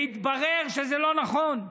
והתברר שזה לא נכון.